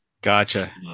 Gotcha